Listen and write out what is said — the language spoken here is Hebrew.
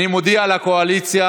אני מודיע לקואליציה: